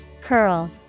Curl